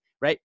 right